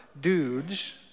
dudes